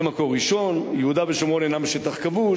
ב"מקור ראשון" יהודה ושומרון אינם שטח כבוש.